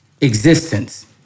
existence